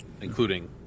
including